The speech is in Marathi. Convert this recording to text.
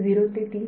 विद्यार्थी 0 ते t